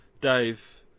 Dave